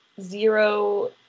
zero